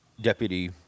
deputy